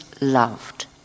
loved